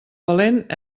valent